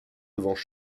devant